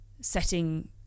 setting